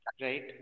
Right